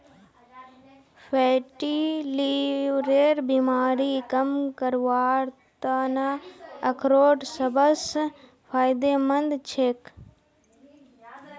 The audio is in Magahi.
फैटी लीवरेर बीमारी कम करवार त न अखरोट सबस फायदेमंद छेक